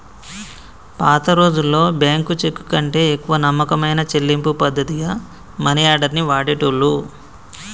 పాతరోజుల్లో బ్యేంకు చెక్కుకంటే ఎక్కువ నమ్మకమైన చెల్లింపు పద్ధతిగా మనియార్డర్ ని వాడేటోళ్ళు